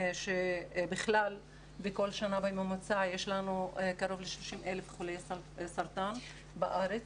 בכל שנה בממוצע יש לנו קרוב ל-30,000 חולי סרטן בארץ,